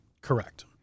Correct